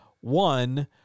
One